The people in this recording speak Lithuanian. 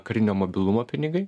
karinio mobilumo pinigai